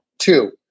Two